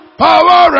power